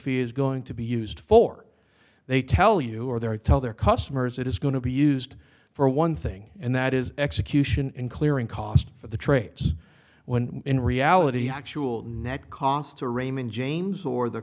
fee is going to be used for they tell you who are there to tell their customers it is going to be used for one thing and that is execution and clearing cost for the trades when in reality actual net cost to raymond james or the